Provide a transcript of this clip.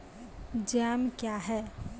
Jam क्या हैं?